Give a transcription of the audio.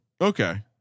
Okay